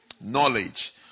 knowledge